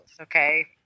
Okay